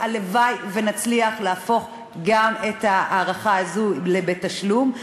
והלוואי שנצליח להפוך גם את ההארכה הזאת להארכה בתשלום.